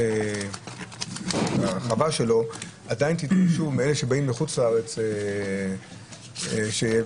לבקש מהבאים מחוץ לארץ לשהות